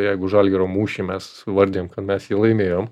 jeigu žalgirio mūšį mes įvardijam kad mes jį laimėjom